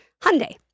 Hyundai